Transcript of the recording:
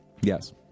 Yes